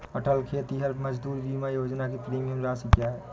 अटल खेतिहर मजदूर बीमा योजना की प्रीमियम राशि क्या है?